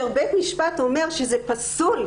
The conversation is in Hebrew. בית המשפט אומר שזה פסול.